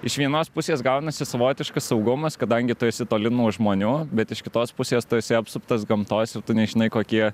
iš vienos pusės gaunasi savotiškas saugumas kadangi tu esi toli nuo žmonių bet iš kitos pusės tu esi apsuptas gamtos ir tu nežinai kokie